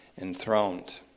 enthroned